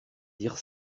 dire